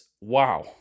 wow